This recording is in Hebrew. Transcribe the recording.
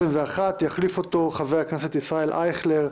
יחליף אותו חבר הכנסת ישראל אייכלר.